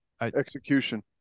Execution